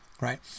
right